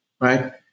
right